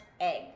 egg